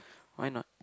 why not